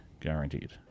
guaranteed